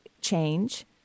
change